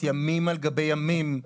ימים על גבי ימים.